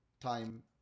time